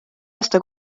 aasta